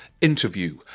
interview